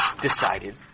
decided